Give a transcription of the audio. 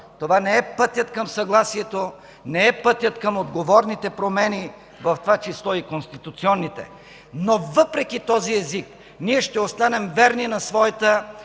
Това не е пътят към съгласието, не е пътят към отговорните промени, в това число и конституционните. Но въпреки този език, ние ще останем верни на своята